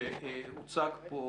שהוצגה פה